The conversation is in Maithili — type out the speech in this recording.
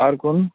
आओर कोन